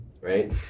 right